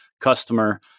customer